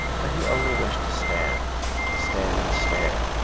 but he only wished to stand to stand and stare.